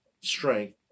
strength